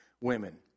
women